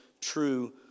true